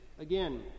Again